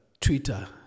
Twitter